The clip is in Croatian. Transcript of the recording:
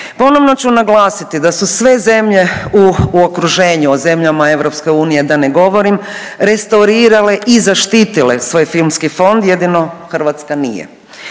Ponovno ću naglasiti da su sve zemlje u okruženju, o zemljama EU da ne govorim restaurirale i zaštitile svoj filmski fond jedino Hrvatska nije.